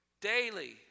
daily